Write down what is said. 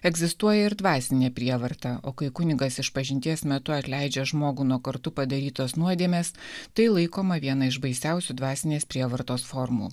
egzistuoja ir dvasinė prievarta o kai kunigas išpažinties metu atleidžia žmogų nuo kartu padarytos nuodėmės tai laikoma viena iš baisiausių dvasinės prievartos formų